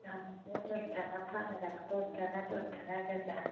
गासिबो दस थाखा फागा जागोन दस थाखा दस थाखा गोजा